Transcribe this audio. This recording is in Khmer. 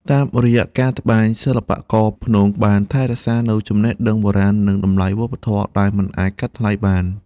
តាមរយៈការត្បាញ សិល្បករព្នងបានថែរក្សានូវចំណេះដឹងបុរាណនិងតម្លៃវប្បធម៌ដែលមិនអាចកាត់ថ្លៃបាន។